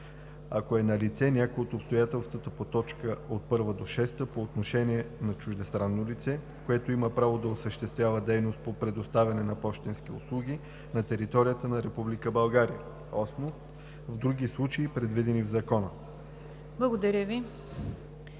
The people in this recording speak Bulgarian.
ако е налице някое от обстоятелствата по т. 1 – 6 по отношение на чуждестранно лице, което има право да осъществява дейност по предоставяне на пощенски услуги на територията на Република България; 8. в други случаи, предвидени в закона.“